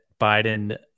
Biden